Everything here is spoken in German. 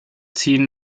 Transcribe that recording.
ziehen